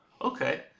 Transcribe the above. okay